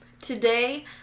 Today